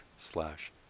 slash